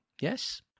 Yes